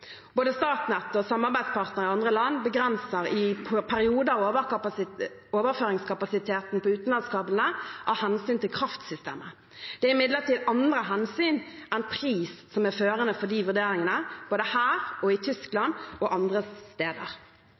Både Statnett og samarbeidspartnere i andre land begrenser i perioder overføringskapasiteten på utenlandskablene av hensyn til kraftsystemet. Det er imidlertid andre hensyn enn pris som er førende for de vurderingene, både her og i Tyskland og andre steder.